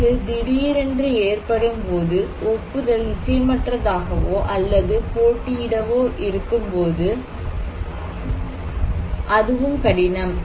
அறிவு திடீரென்று ஏற்படும் போது ஒப்புதல் நிச்சயமற்றதாகவோ அல்லது போட்டியிடவோ இருக்கும்போது அதுவும் கடினம்